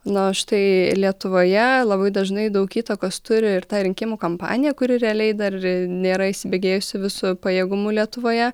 na o štai lietuvoje labai dažnai daug įtakos turi ir ta rinkimų kampanija kuri realiai dar nėra įsibėgėjusi visu pajėgumu lietuvoje